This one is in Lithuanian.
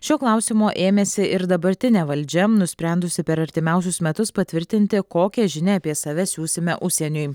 šio klausimo ėmėsi ir dabartinė valdžia nusprendusi per artimiausius metus patvirtinti kokią žinią apie save siųsime užsieniui